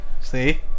See